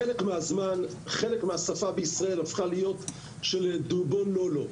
חלק מהזמן חלק מהשפה בישראל הפכה להיות של: דובון לא לא.